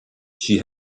she